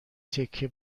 تکه